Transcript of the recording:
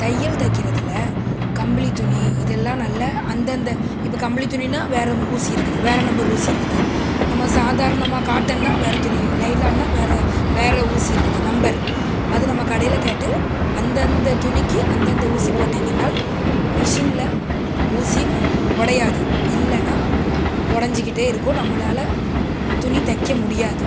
தையல் தைக்கிறதுல கம்பளி துணி இதெல்லாம் நல்ல அந்தந்த இப்போ கம்பளி துணின்னால் வேற ஊசி இருக்குது வேற நம்பர் ஊசி இருக்குது நம்ம சாதாரணமாக காட்டன்னா வேற துணி நைலான்னா வேற வேற ஊசி இருக்குது நம்பர் அது நம்ம கடையில் கேட்டு அந்தந்த துணிக்கு அந்தந்த ஊசி போட்டிங்கனால் மிஷின்ல ஊசி நு உடையாது இல்லைன்னா உடஞ்சிக்கிட்டே இருக்கும் நம்மளால் துணி தைக்க முடியாது